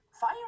Fire